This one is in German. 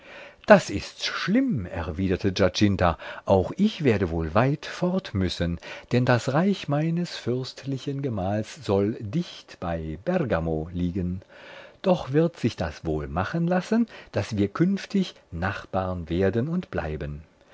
das ist schlimm erwiderte giacinta auch ich werde wohl weit fort müssen denn das reich meines fürstlichen gemahls soll dicht bei bergamo liegen doch wird sich das wohl machen lassen daß wir künftig nachbarn werden und bleiben